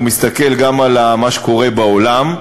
הוא מסתכל גם על מה שקורה בעולם,